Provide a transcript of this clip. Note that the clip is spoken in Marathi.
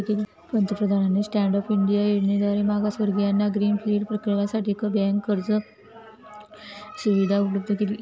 पंतप्रधानांनी स्टँड अप इंडिया योजनेद्वारे मागासवर्गीयांना ग्रीन फील्ड प्रकल्पासाठी बँक कर्ज सुविधा उपलब्ध केली